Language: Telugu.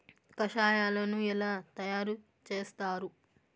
కషాయాలను ఎలా తయారు చేస్తారు?